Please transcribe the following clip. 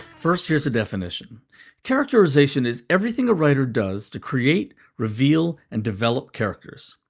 first, here's a definition characterization is everything a writer does to create, reveal and develop characters.